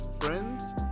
friends